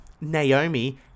Naomi